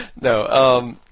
No